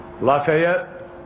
Lafayette